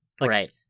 Right